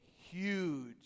huge